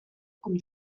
com